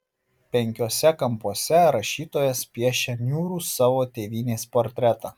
penkiuose kampuose rašytojas piešia niūrų savo tėvynės portretą